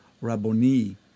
Rabboni